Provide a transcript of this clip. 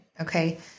Okay